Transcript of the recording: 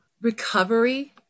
recovery